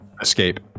escape